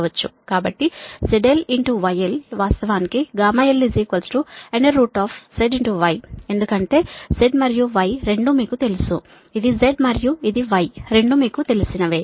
కాబట్టి zlyl వాస్తవానికి γl Z Y ఎందుకంటే Z మరియు Y రెండూ మీకు తెలుసు ఇది Z మరియు ఇది Y రెండూ మీకు తెలిసినవే